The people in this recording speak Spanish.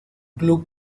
club